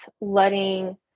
letting